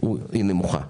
היא נמוכה?